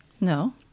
No